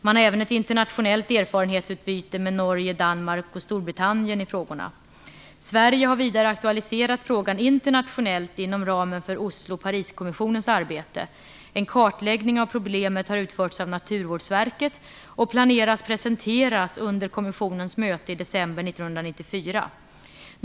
Man har även ett internationellt erfarenhetsutbyte med Norge, Danmark och Sverige har vidare aktualiserat frågan internationellt inom ramen för Oslo-Pariskommissionens arbete. En kartläggning av problemet har utförts av Naturvårdsverket och planeras presenteras under kommissionens möte i december 1994.